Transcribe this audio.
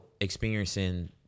experiencing